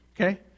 okay